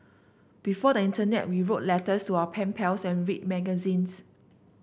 before the internet we wrote letters to our pen pals and read magazines